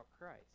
Christ